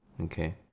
Okay